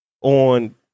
on